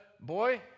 Boy